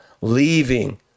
leaving